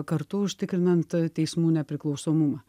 kartu užtikrinant teismų nepriklausomumą